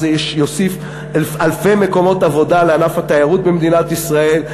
וזה יוסיף אלפי מקומות עבודה לענף התיירות במדינת ישראל.